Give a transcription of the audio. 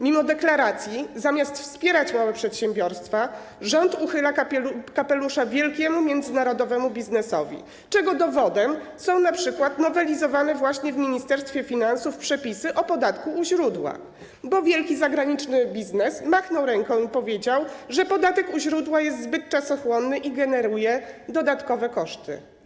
Mimo deklaracji zamiast wspierać małe przedsiębiorstwa, rząd uchyla kapelusza wielkiemu międzynarodowemu biznesowi, czego dowodem są np. nowelizowane właśnie w Ministerstwie Finansów przepisy o podatku u źródła, bo wielki zagraniczny biznes machnął ręką i powiedział, że podatek u źródła jest zbyt czasochłonny i generuje dodatkowe koszty.